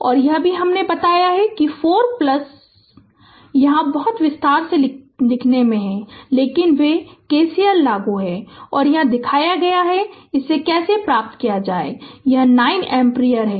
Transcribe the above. और यह भी हमने बताया 4 यहाँ बहुत विस्तार से लिखित में है लेकिन वे K C L लागू हैं और दिखाया गया है कि इसे कैसे प्राप्त किया जाए यह 9 एम्पीयर है